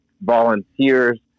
volunteers